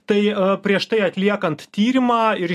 tai prieš tai atliekant tyrimą ir